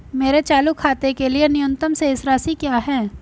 मेरे चालू खाते के लिए न्यूनतम शेष राशि क्या है?